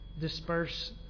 disperse